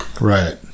right